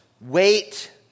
wait